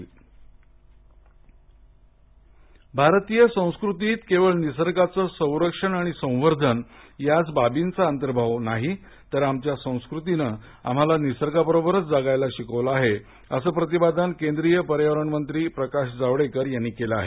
जावडेकर भारतीय संस्कृतीत केवळ निसर्गाचं संरक्षण आणि संवर्धन याच बाबींचा अंतर्भाव नाही तर आमच्या संस्कृतीन आम्हाला निसर्गाबरोबरच जगायला शिकवलं आहे असं प्रतिपादन केंद्रीय पर्यावरण मंत्री प्रकाश जावडेकर यांनी केलं आहे